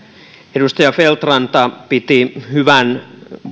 edustaja feldt ranta piti hyvän